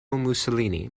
mussolini